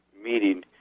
meeting